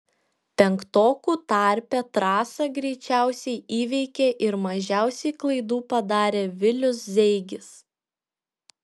penktokų tarpe trasą greičiausiai įveikė ir mažiausiai klaidų padarė vilius zeigis